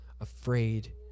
afraid